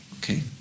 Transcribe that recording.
Okay